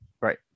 Right